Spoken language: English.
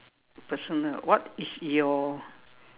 personal what is your